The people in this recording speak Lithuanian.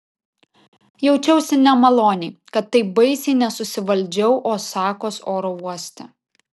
jaučiausi nemaloniai kad taip baisiai nesusivaldžiau osakos oro uoste